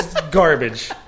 garbage